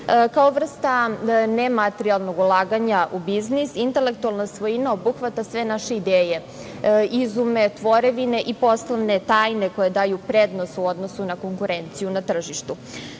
vrsta nematerijalnog ulaganja u biznis, intelektualna svojina obuhvata sve naše ideje, izume, tvorevine i poslovne tajne koje daju prednost u odnosu na konkurenciju na tržištu.